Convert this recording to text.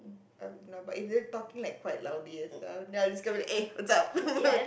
um no but if they're talking quite loudly and stuff I'll just go there and be like eh what's up